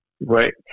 Right